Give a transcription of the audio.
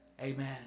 Amen